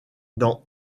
dans